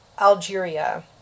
Algeria